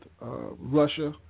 Russia